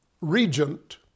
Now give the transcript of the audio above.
regent